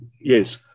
Yes